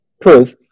proof